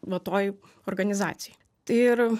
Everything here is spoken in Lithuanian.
va toj organizacijoj tai ir